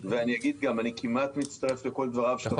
אגיד גם שאני כמעט מצטרף לכל דבריו של חבר